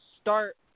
start